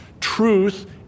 Truth